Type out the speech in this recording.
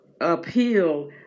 appeal